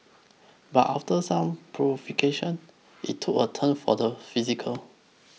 but after some provocation it took a turn for the physical